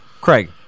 Craig